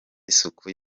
isuku